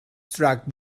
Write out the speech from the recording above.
struck